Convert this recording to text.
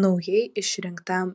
naujai išrinktam